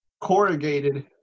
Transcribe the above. corrugated